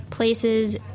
Places